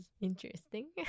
interesting